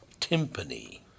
timpani